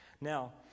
Now